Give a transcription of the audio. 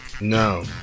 No